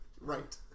Right